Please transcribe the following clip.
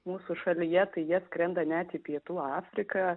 mūsų šalyje tai jie skrenda net į pietų afriką